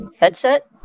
headset